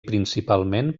principalment